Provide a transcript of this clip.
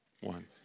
one